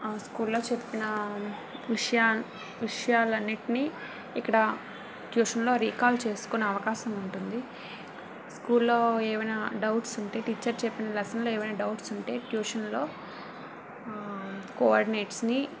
ఆ స్కూల్లో చెప్పిన విషయా విషయాలు అన్నింటినీ ఇక్కడ ట్యూషన్లో రికాల్ చేసుకునే అవకాశం ఉంటుంది స్కూల్లో ఏమైనా డౌట్స్ ఉంటే టీచర్ చెప్పిన లెస్సెన్స్లో ఏమైనా డౌట్స్ ఉంటే ట్యూషన్లో కోఆర్డినేట్స్ని